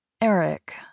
Eric